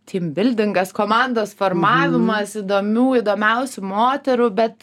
timbildingas komandos formavimas įdomių įdomiausių moterų bet